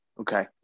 Okay